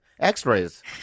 x-rays